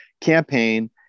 campaign